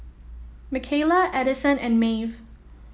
Mikayla Adison and Maeve